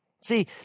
See